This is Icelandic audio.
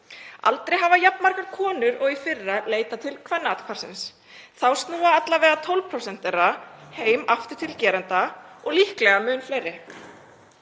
Aldrei hafa jafn margar konur og í fyrra leitað til Kvennaathvarfsins. Þá snúa alla vega 12% þeirra heim aftur til gerenda og líklega mun fleiri.